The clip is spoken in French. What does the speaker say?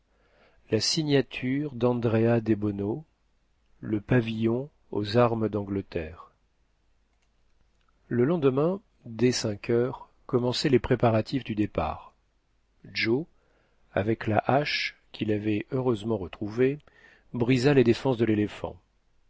la signature d'andres debono le pavillon aux armes d'angleterre le lendemain dès cinq heures commençaient les préparatifs du départ joe avec la hache qu'il avait heureusement retrouvée brisa les défenses de l'éléphant